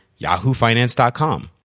yahoofinance.com